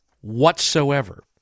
whatsoever